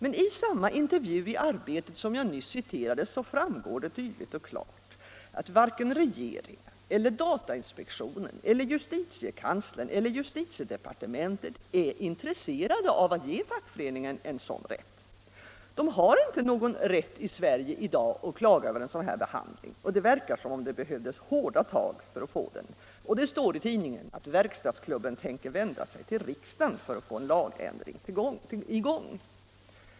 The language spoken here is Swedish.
Av den intervju i Arbetet, som jag nyss citerade, framgår det tydligt och klart att varken regeringen, datainspektionen, justitiekanslern eller justitiedepartementet har intresse av att ge fackföreningarna en sådan rätt. De har i Sverige i dag inte rätt att klaga över en sådan här behandling, och det verkar som om det behövdes hårda tag för att de skall få den rätten. Verkstadsklubben tänker, står det i tidningen, vända sig till riksdagen för att få en lagändring till stånd.